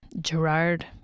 Gerard